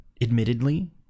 admittedly